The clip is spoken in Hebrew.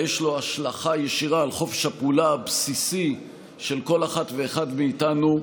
יש לו השלכה ישירה על חופש הפעולה הבסיסי של כל אחת ואחד מאיתנו.